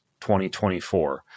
2024